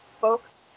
folks